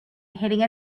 hitting